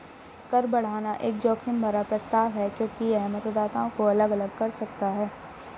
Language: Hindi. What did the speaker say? कर बढ़ाना एक जोखिम भरा प्रस्ताव है क्योंकि यह मतदाताओं को अलग अलग कर सकता है